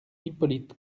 hippolyte